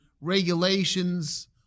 regulations